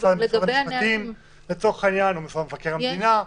משרד המשפטים או משרד מבקר המדינה.